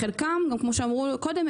כמו שאמרו קודם,